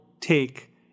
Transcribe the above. take